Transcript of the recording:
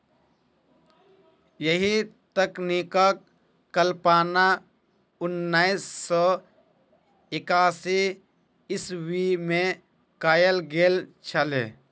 एहि तकनीकक कल्पना उन्नैस सौ एकासी ईस्वीमे कयल गेल छलै